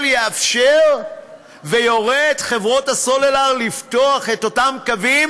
יאפשר ויורה לחברות הסלולר לפתוח את אותם קווים,